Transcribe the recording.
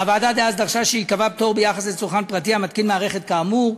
הוועדה דאז דרשה שייקבע פטור ביחס לצרכן פרטי המתקין מערכת כאמור.